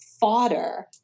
fodder